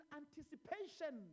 anticipation